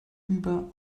über